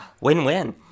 Win-win